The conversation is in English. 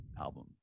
album